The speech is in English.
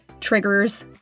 triggers